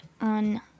on